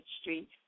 Street